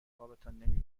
خوابتان